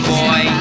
boy